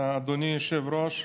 אדוני היושב-ראש,